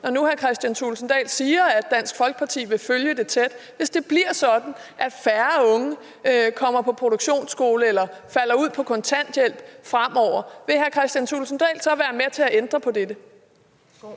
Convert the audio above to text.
når nu hr. Kristian Thulesen Dahl siger, at Dansk Folkeparti vil følge det tæt – at færre unge fremover kommer på produktionsskole, eller at de falder ud og kommer på kontanthjælp, vil hr. Kristian Thulesen Dahl så være med til at ændre på dette?